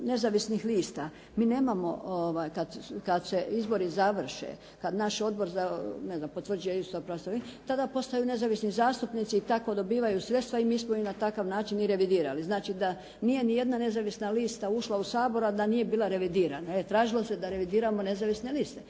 nezavisnih lista, mi nemamo kad se izbori završe, kad naš odbor ne znam potvrđuje …/Govornica se ne razumije./… tada postaju nezavisni zastupnici i tako dobivaju sredstva i mi smo im na takav način i revidirali. Znači da nije ni jedna nezavisna lista ušla u Sabor, a da nije bila revidirana. E tražilo se da revidiramo nezavisne liste.